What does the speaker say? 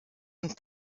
und